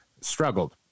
struggled